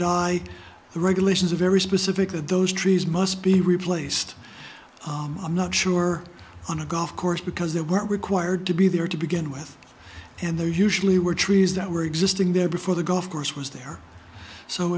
die the regulations are very specific that those trees must be replaced i'm not sure on a golf course because they weren't required to be there to begin with and there usually were trees that were existing there before the golf course was there so